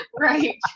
right